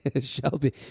Shelby